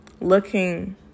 looking